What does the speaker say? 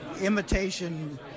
imitation